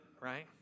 right